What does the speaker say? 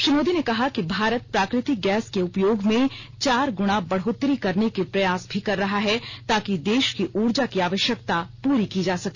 श्री मोदी ने कहा कि भारत प्राकृतिक गैस के उपयोग में चार गुणा बढोतरी करने के प्रयास भी कर रहा है ताकि देश की ऊर्जा की आवश्यकता पूरी की जा सके